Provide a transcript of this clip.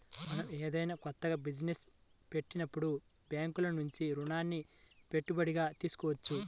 మనం ఏదైనా కొత్త బిజినెస్ పెట్టేటప్పుడు బ్యేంకుల నుంచి రుణాలని పెట్టుబడిగా తీసుకోవచ్చు